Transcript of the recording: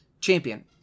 champion